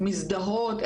מזדהות.